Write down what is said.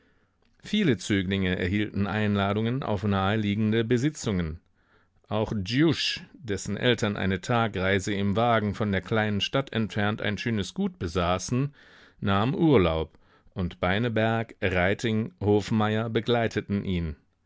viele zöglinge erhielten einladungen auf naheliegende besitzungen auch dschjusch dessen eltern eine tagreise im wagen von der kleinen stadt entfernt ein schönes gut besaßen nahm urlaub und beineberg reiting hofmeier begleiteten ihn